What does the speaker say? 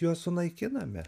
juos sunaikiname